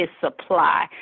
supply